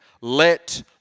Let